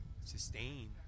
sustain